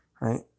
right